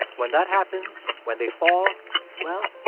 when that happens, when they fall well,